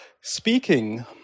speaking